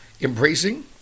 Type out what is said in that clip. embracing